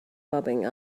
bobbing